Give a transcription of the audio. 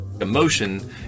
Emotion